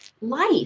life